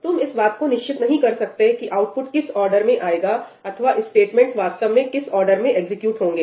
तुम इस बात को निश्चित नहीं कर सकते कि आउटपुट किस ऑर्डर में आएगा अथवा स्टेटमेंट्स वास्तव में किस ऑर्डर में एग्जीक्यूट होंगे